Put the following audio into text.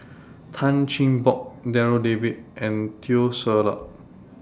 Tan Cheng Bock Darryl David and Teo Ser Luck